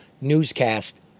newscast